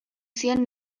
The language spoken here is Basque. zien